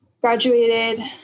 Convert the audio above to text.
graduated